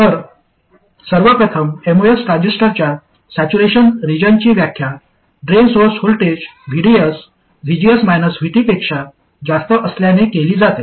तर सर्वप्रथम एमओएस ट्रान्झिस्टरच्या सॅच्युरेशन रिजनची व्याख्या drain source voltage VDS VGS VT पेक्षा जास्त असल्याने केली जाते